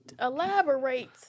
Elaborate